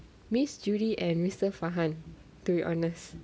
miss judy and mister farhan to be honest